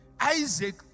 Isaac